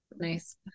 Nice